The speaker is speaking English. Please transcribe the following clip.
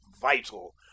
vital